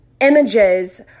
images